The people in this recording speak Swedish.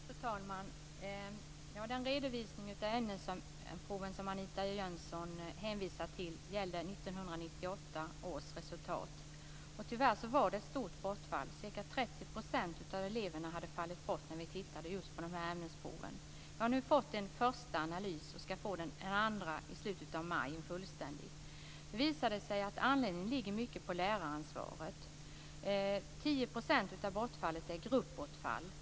Fru talman! Den redovisning av ämnesproven som Anita Jönsson hänvisar till gäller resultatet år 1998. Tyvärr var det ett stort bortfall. Ca 30 % av eleverna hade fallit bort i dessa ämnesprov. Jag har nu fått en första analys och skall i slutet av maj få en andra, fullständig, analys. Det visar sig att orsaken i mycket hänför sig till läraransvaret. 10 % av bortfallet är ett gruppbortfall.